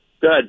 good